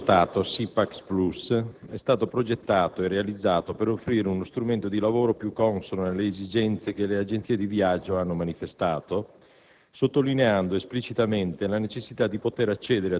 il sistema di teleprenotazione delle Ferrovie dello Stato Sipax plus è stato progettato e realizzato per offrire uno strumento di lavoro più consono alle esigenze che le agenzie di viaggio hanno manifestato,